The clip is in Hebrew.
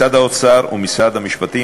משרד האוצר ומשרד המשפטים.